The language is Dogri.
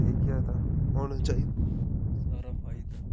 इ'यै तां होनी चाहिदी सारा फायदा